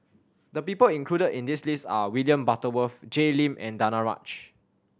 the people included in this list are William Butterworth Jay Lim and Danaraj